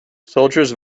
soldiers